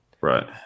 Right